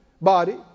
body